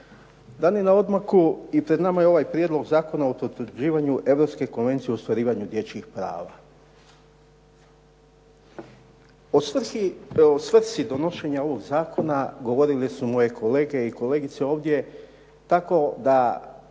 Dan je na odmaku i pred nama je ovaj Prijedlog zakona o potvrđivanju Europske konvencije o ostvarivanju dječjih prava. O svrsi donošenja ovog zakona govorili su moje kolege i kolegice ovdje tako da